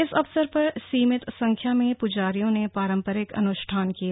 इस अवसर पर सीमित संख्या में पुजारियों ने पारंपरिक अनुष्ठान किए